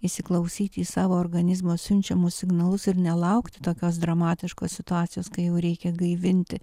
įsiklausyti į savo organizmo siunčiamus signalus ir nelaukti tokios dramatiškos situacijos kai jau reikia gaivinti